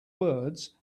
words